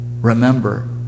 Remember